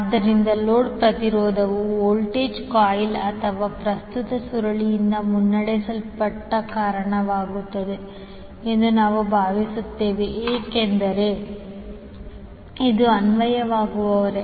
ಆದ್ದರಿಂದ ಲೋಡ್ ಪ್ರತಿರೋಧವು voltage coil ಅದರ ಪ್ರಸ್ತುತ ಸುರುಳಿನಿಂದ ಮುನ್ನಡೆಸಲು ಕಾರಣವಾಗುತ್ತದೆ ಎಂದು ನಾವು ಭಾವಿಸುತ್ತೇವೆ ಏಕೆಂದರೆ ಇದು ಅನ್ವಯವಾಗುವ ಹೊರೆ